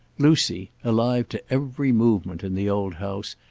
lucy, alive to every movement in the old house,